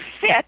fit